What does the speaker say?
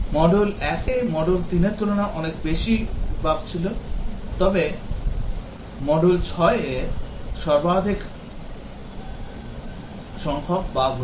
module 1 এ module 3 এর তুলনায় অনেক বেশি বাগ ছিল তবে মডিউল 6 এ সর্বাধিক সংখ্যক বাগ রয়েছে